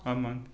ஆமாம்